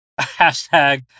Hashtag